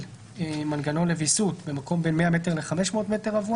מנגנון לוויסות במקום בין 100 מטרים ל-500 מטרים.